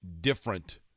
different